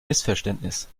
missverständnis